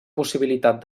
possibilitat